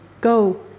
Go